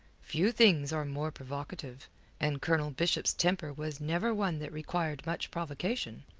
few things are more provocative and colonel bishop's temper was never one that required much provocation.